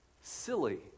silly